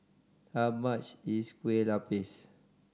how much is Kueh Lupis